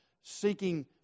seeking